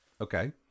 Okay